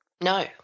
No